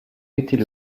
était